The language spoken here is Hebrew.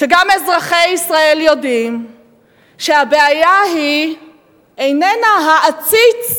שגם אזרחי ישראל יודעים שהבעיה איננה העציץ